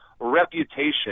reputation